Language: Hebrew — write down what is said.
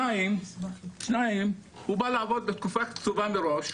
דבר נוסף, הוא בא לעבוד לתקופה קצובה מראש,